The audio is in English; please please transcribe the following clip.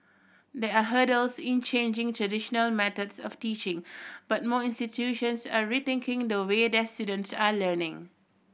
there are hurdles in changing traditional methods of teaching but more institutions are rethinking the way their students are learning